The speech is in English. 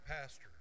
pastor